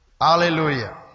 Hallelujah